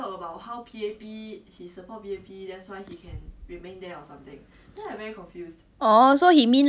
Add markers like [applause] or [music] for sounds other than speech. oh so he mean like people who support opposition then P_A_P 弄到他们倒闭 [breath]